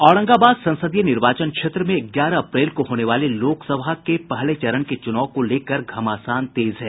औरंगाबाद संसदीय निर्वाचन क्षेत्र में ग्यारह अप्रैल को होने वाले लोक सभा के पहले चरण के चुनाव को लेकर घमासान तेज है